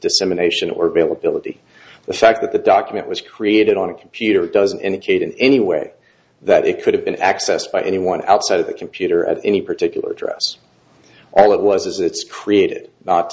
dissemination or bail ability the fact that the document was created on a computer doesn't indicate in any way that it could have been accessed by anyone outside of the computer at any particular address all it was is it's created not